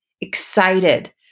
excited